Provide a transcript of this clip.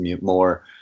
more